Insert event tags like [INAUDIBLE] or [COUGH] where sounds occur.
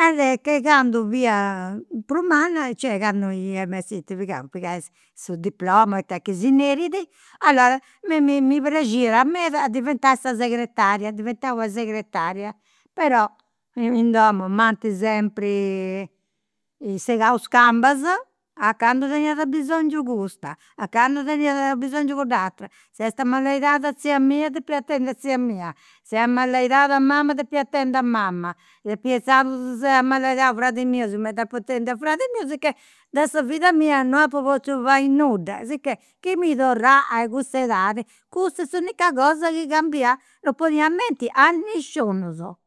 a de che candu fia prus manna, cioè candu ia m'essint pigau, [UNINTELLIGIBLE] su diploma, it'est chi si nerit, allora mi mi mi praxiat meda a diventai sa segretaria, diventai una segretaria. Però in domu m'ant sempri segau is cambas, a candu teniat abisongiu custa, a candu teniat abisongiu cudd'atera, s'est amalaidada tzia mia, depia atendi tzia mia, s'est amalaidada mama, depia [UNINTELLIGIBLE] a mama, inzandus s'est amalaidadu fradi miu e apu atendiu fradi miu, sicchè de sa vida mia non apu potziu fai nudda, sicchè chi mi torrà a [UNINTELLIGIBLE] cussa est s'unica cosa chi cambià, non ponia a menti a nisciunus